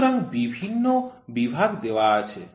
সুতরাং বিভিন্ন বিভাগ দেওয়া হয়েছে